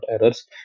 errors